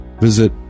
visit